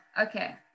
okay